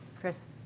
Chris